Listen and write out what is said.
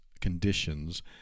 conditions